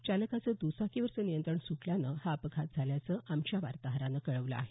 चालकाचं दुचाकीवरचं नियंत्रण सुटल्यानं हा अपघात झाल्याचं आमच्या वार्ताहरानं कळवलं आहे